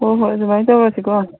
ꯍꯣꯏ ꯍꯣꯏ ꯑꯗꯨꯃꯥꯏꯅ ꯇꯧꯔꯁꯤꯀꯣ